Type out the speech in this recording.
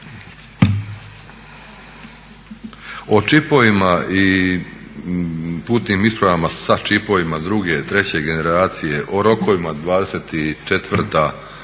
O čipovima i putnim ispravama sa čipovima druge, treće generacije, o rokovima, 24 godina